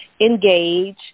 engage